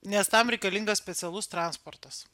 nes tam reikalingas specialus transportas